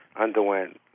underwent